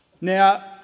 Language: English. Now